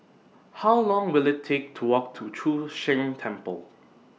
How Long Will IT Take to Walk to Chu Sheng Temple